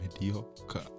Mediocre